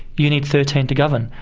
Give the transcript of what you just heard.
you need thirteen to govern.